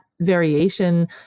variation